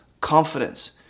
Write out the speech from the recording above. confidence